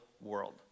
world